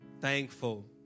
thankful